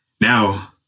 Now